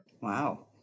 Wow